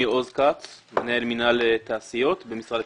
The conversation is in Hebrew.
אני מנהל מינהל תעשיות במשרד הכלכלה.